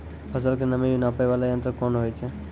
फसल के नमी नापैय वाला यंत्र कोन होय छै